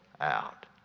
out